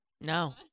No